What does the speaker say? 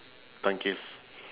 tank case